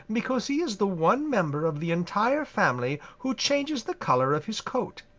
because he is the one member of the entire family who changes the color of his coat.